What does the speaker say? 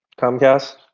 Comcast